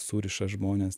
suriša žmones